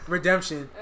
Redemption